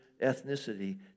ethnicity